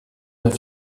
neuf